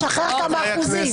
-- תשחרר כמה אחוזים.